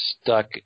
stuck